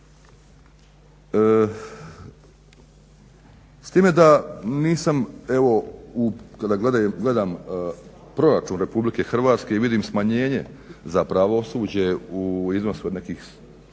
S time da nisam evo kada gledam proračun RH i vidim smanjenje za pravosuđe u iznosu od nekih